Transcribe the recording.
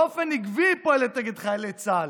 באופן עקבי היא פועלת נגד חיילי צה"ל.